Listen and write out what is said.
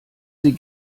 sie